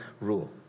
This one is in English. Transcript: rule